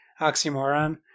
oxymoron